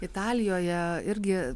italijoje irgi